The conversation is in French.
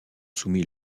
soumis